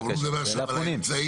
אבל הוא מדבר עכשיו על האמצעי,